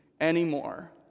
anymore